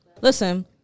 Listen